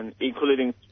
including